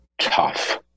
tough